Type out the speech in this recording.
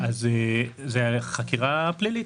זו חקירה פלילית,